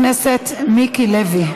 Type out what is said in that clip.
חבר הכנסת מיקי לוי,